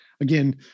Again